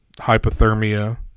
hypothermia